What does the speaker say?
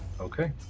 okay